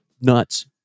nuts